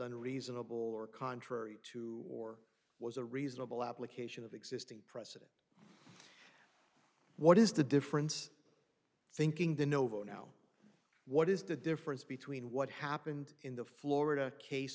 unreasonable or contrary to or was a reasonable application of existing precedent what is the difference thinking the novo now what is the difference between what happened in the florida case